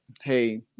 Hey